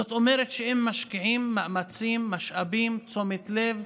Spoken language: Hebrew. זאת אומרת, אם משקיעים מאמצים, משאבים, תשומת לב,